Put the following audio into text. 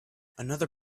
another